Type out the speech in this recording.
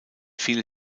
viele